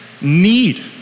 need